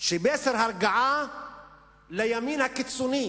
מסר הרגעה לימין הקיצוני